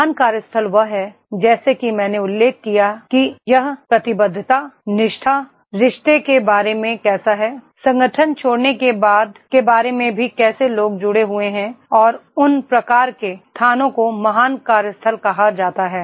महान कार्यस्थल वह है जैसा कि मैंने उल्लेख किया कि यह प्रतिबद्धता निष्ठा रिश्ते के बारे में कैसा है संगठन छोड़ने के बाद के बारे में भी कैसे लोग जुड़े हुए हैं और उन प्रकार के स्थानों को महान कार्यस्थल कहा जाता है